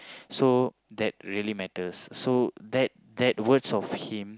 so that really matters so that that words of him